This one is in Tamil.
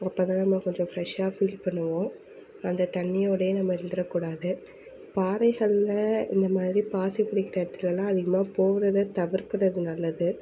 அப்போ தான் நம்ம கொஞ்சம் ஃப்ரெஷ்ஷாக ஃபீல் பண்ணுவோம் அந்த தண்ணியோடையே நம்ம இருந்துறக்கூடாது பாறைகளில் இந்த மாதிரி பாசி பிடிக்கிற இடத்துலலாம் அதிகமாக போகிறத தவிர்க்கிறது நல்லது